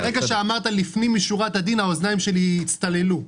שאמרת לפנים משורת הדין, האוזניים שלי הצטללו,